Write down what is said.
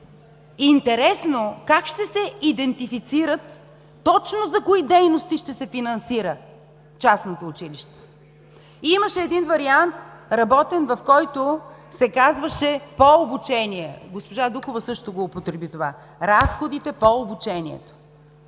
е интересно как ще се идентифицират точно за кои дейности ще се финансира частното училище? Имаше един вариант – работен, в който се казваше „по обучение“. Госпожа Дукова, също го употреби това. Разходите „по обучението“.